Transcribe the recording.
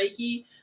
Reiki